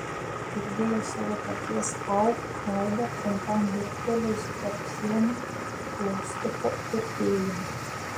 girdėjo savo paties au aidą trumpam virptelėjusį tarp sienų klaustuko virpėjimą